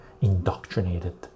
indoctrinated